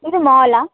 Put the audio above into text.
ಇದು ಮಾಲಾ